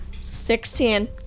Sixteen